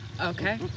Okay